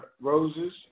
Roses